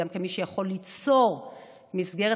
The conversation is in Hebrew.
גם כמי שיכולים ליצור מסגרת,